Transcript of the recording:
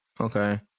Okay